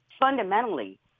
fundamentally